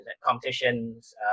competitions